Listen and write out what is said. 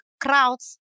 crowds